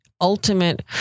ultimate